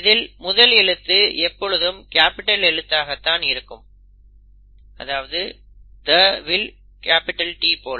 இதில் முதல் எழுத்து எப்பொழுது கேபிட்டல் எழுத்தாகத்தான் இருக்கும் theவில் T போல